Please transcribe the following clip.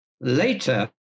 Later